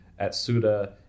Atsuda